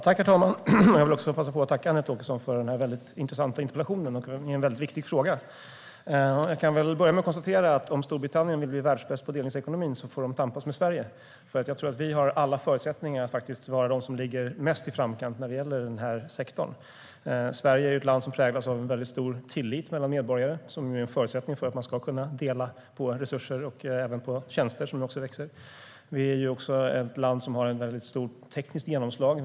Herr talman! Jag vill passa på att tacka Anette Åkesson för den intressanta interpellationen i en viktig fråga. Jag kan börja med att konstatera att om Storbritannien vill bli världsbäst på delningsekonomi får de tampas med Sverige, för jag tror att vi har alla förutsättningar att vara de som ligger mest i framkant när det gäller den här sektorn. Sverige är ett land som präglas av stor tillit mellan medborgare, vilket är en förutsättning för att man ska kunna dela på resurser och även på tjänster, som nu växer. Vi är också ett land med stort tekniskt genomslag.